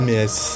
Miss